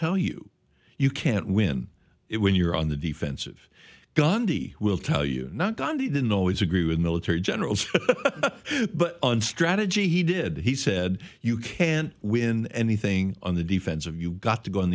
tell you you can't win it when you're on the defensive gandhi will tell you not gandhi didn't always agree with military generals on strategy he did he said you can't win anything on the defensive you've got to go